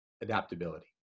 adaptability